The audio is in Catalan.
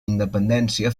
independència